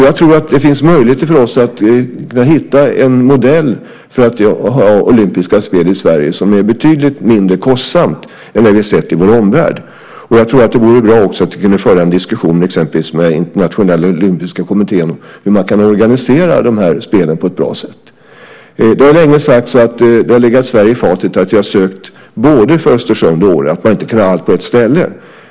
Jag tror att det finns möjligheter för oss att hitta en modell för att ha olympiska spel i Sverige som är betydligt mindre kostsam än den vi sett i vår omvärld. Jag tror också att det vore bra om vi kunde föra en diskussion med till exempel Internationella Olympiska Kommittén om hur man kan organisera de här spelen på ett bra sätt. Det har länge sagts att det har legat Sverige i fatet att vi har sökt både för Östersund och för Åre och att man inte kan ha allt på ett ställe.